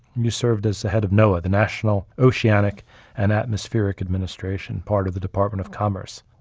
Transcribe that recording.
you served as the head of noaa, the national oceanic and atmospheric administration, part of the department of commerce.